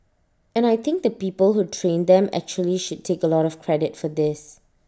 and I think the people who trained them actually should take A lot of credit for this